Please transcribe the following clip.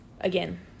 again